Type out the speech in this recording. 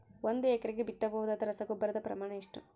ಒಂದು ಎಕರೆಗೆ ಬಿತ್ತಬಹುದಾದ ರಸಗೊಬ್ಬರದ ಪ್ರಮಾಣ ಎಷ್ಟು?